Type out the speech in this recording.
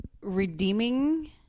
redeeming